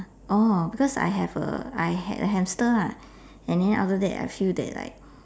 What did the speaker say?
oh because I have a I had a hamster lah and then after that I feel that like